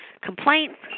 complaints